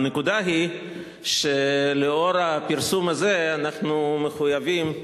הנקודה היא שלאור הפרסום הזה אנחנו מחויבים,